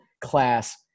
class